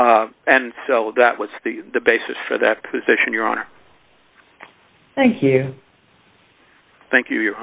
and so that was the basis for that position your honor thank you thank you